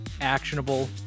actionable